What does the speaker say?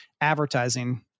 advertising